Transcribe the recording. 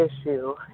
issue